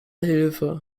hilfe